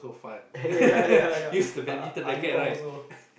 ya ya ya Ali-Pom also